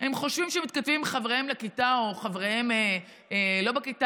הם חושבים שהם מתכתבים עם חבריהם לכיתה או חבריהם לא בכיתה.